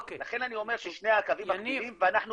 לכן אני אומר ששני הקווים מקבילים ואנחנו